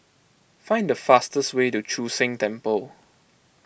find the fastest way to Chu Sheng Temple